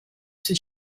sue